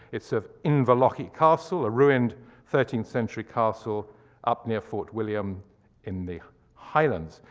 it's of inverlochy castle, a ruined thirteenth century castle up near fort william in the highlands.